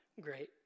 great